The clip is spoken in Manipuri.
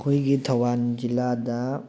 ꯑꯩꯈꯣꯏꯒꯤ ꯊꯧꯕꯥꯟ ꯖꯤꯜꯂꯥꯗ